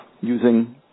using